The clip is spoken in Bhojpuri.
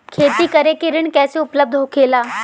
खेती करे के ऋण कैसे उपलब्ध होखेला?